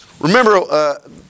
Remember